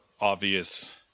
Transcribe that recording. obvious